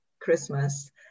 Christmas